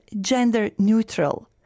gender-neutral